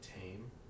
tame